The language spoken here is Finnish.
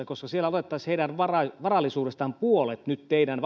koska heidän varallisuudestaan otettaisiin puolet nyt teidän